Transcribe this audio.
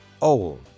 old